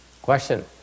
Question